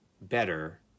better